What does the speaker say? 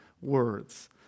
words